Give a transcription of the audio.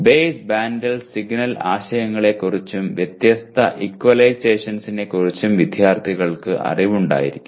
base band signal ആശയങ്ങളെക്കുറിച്ചും വ്യത്യസ്ത ഈക്വലൈസേഴ്സിനെക്കുറിച്ചും വിദ്യാർത്ഥികൾക്ക് അറിവുണ്ടായിരിക്കും